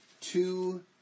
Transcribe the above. two